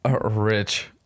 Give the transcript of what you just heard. Rich